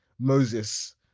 moses